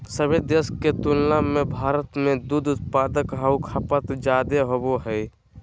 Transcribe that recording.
सभे देश के तुलना में भारत में दूध उत्पादन आऊ खपत जादे होबो हइ